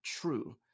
true